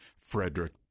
Frederick